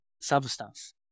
substance